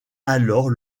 alors